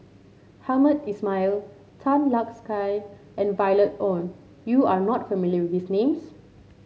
Hamed Ismail Tan Lark Sye and Violet Oon you are not familiar with these names